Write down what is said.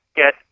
get